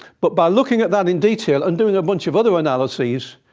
but by looking at that in detail, and doing a bunch of other analyses,